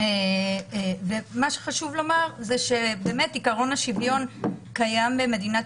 חשוב לומר שעקרון השוויון קיים במדינת